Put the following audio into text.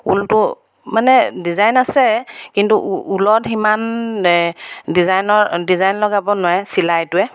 ঊলটো মানে ডিজাইন আছে কিন্তু ঊলত সিমান ডিজাইনৰ ডিজাইন লগাব নোৱাৰে চিলাইটোৱে